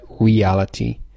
reality